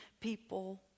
people